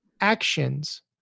actions